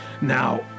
Now